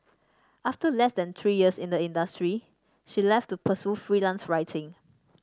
after less than three years in the industry she left to pursue freelance writing